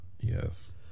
Yes